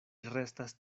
restas